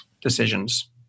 decisions